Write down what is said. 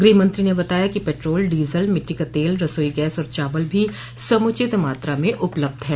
गृहमंत्री ने बताया कि पैट्रोल डीजल मिट्टी का तेल रसोई गैस और चावल भी समुचित मात्रा में उपलब्ध हैं